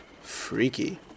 Freaky